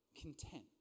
content